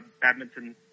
badminton